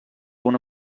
una